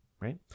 Right